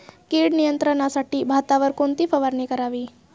कीड नियंत्रणासाठी भातावर कोणती फवारणी करावी?